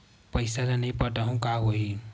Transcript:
पईसा ल नई पटाहूँ का होही?